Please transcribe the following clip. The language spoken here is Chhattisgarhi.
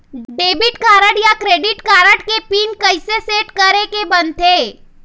डेबिट कारड या क्रेडिट कारड के पिन कइसे सेट करे के बनते?